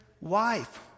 wife